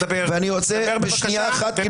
ואני רוצה שנייה אחת,